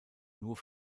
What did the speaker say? nur